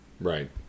Right